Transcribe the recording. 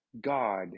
God